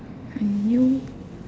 A new